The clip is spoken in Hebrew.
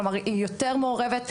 כלומר היא יותר מעורבת.